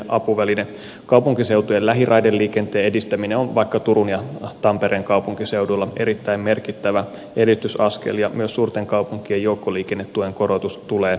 kaupunkiseutujen lähiraideliikenteen edistäminen on vaikkapa turun ja tampereen kaupunkiseuduilla erittäin merkittävä edistysaskel ja myös suurten kaupunkien joukkoliikennetuen korotus tulee tarpeeseen